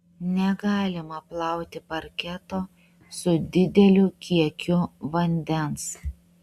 negalima plauti parketo su dideliu kiekiu vandens